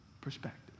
Perspective